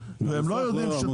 אם השתנה סוג השמן והכנסת את זה,